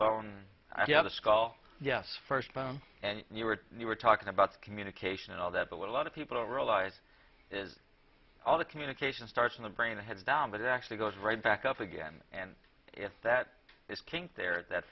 skull yes first bone and you were you were talking about communication and all that but what a lot of people don't realize is all the communication starts in the brain and heads down but it actually goes right back up again and if that is kink there that